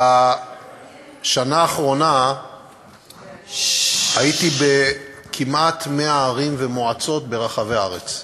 בשנה האחרונה הייתי בכמעט 100 ערים ומועצות ברחבי הארץ,